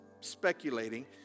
speculating